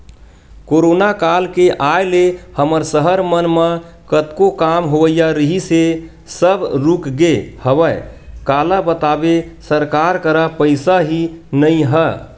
corona काल के आय ले हमर सहर मन म कतको काम होवइया रिहिस हे सब रुकगे हवय काला बताबे सरकार करा पइसा ही नइ ह